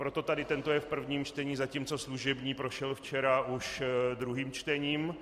Proto tady tento je v prvním čtení, zatímco služební prošel včera už druhým čtením.